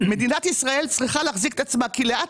מדינת ישראל צריכה להחזיק את עצמה כי לאט